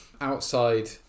Outside